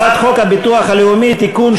הצעת חוק הביטוח הלאומי (תיקון,